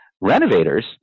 renovators